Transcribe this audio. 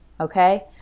okay